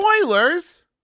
Spoilers